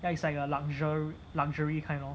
like it's like a luxury luxury kind lor